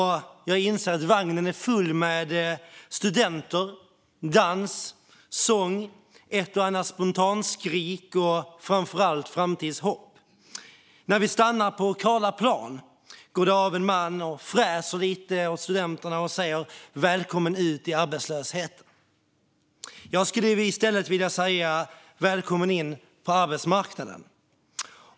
Jag inser att vagnen är full av studenter, dans, sång, ett och annat spontanskrik och framför allt framtidshopp. När vi stannar på Karlaplan går det av en man som fräser lite åt studenterna och säger "Välkommen ut i arbetslösheten!". Jag skulle i stället vilja säga "Välkommen in på arbetsmarknaden!".